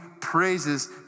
praises